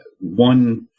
One